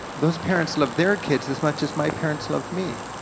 those parents love their kids as much as my parents love me.